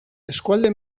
eskualde